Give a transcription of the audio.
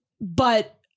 But-